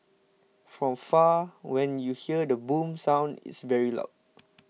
from far when you hear the boom sound it's very loud